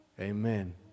amen